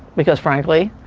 because, frankly,